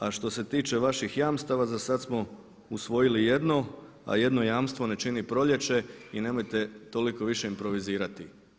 A što se tiče vaših jamstava za sada smo usvojili jedno a jedno jamstvo ne čini proljeće i nemojte toliko više improvizirati.